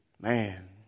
Man